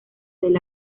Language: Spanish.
del